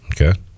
Okay